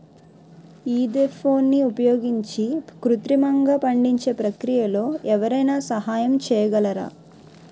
ఈథెఫోన్ని ఉపయోగించి కృత్రిమంగా పండించే ప్రక్రియలో ఎవరైనా సహాయం చేయగలరా?